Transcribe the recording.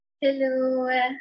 Hello